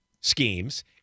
schemes